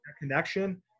connection